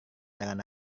dengan